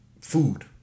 food